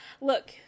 Look